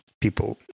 people